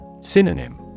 Synonym